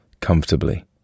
comfortably